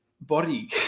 body